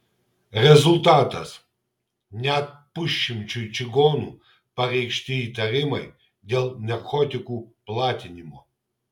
rezultatas net pusšimčiui čigonų pareikšti įtarimai dėl narkotikų platinimo